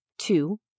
Two